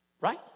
right